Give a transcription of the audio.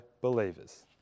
believers